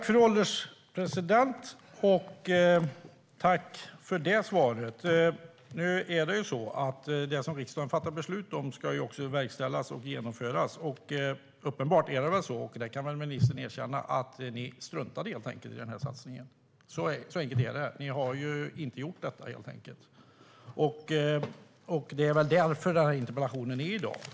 Fru ålderspresident! Tack för svaret, ministern! Nu är det ju så att det som riksdagen fattar beslut om också ska verkställas och genomföras. Det är uppenbart, och det kan väl ministern erkänna, att ni helt enkelt struntade i den här satsningen. Så enkelt är det. Ni har helt enkelt inte gjort detta, och det är därför jag ställer den här interpellationen i dag.